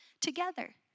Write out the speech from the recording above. together